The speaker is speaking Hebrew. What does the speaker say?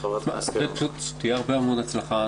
שיהיה המון הצלחה.